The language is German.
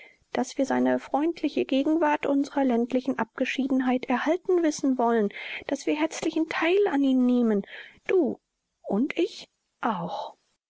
daß wir seine freundliche gegenwart unserer ländlichen abgeschiedenheit erhalten wissen wollen daß wir herzlichen theil an ihm nehmen du und ich auch